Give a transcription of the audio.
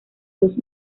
dos